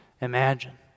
imagine